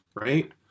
right